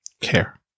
care